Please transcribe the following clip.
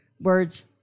words